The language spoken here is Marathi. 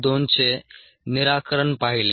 2 चे निराकरण पाहिले